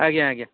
ଆଜ୍ଞା ଆଜ୍ଞା